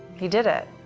he did it.